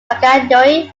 wanganui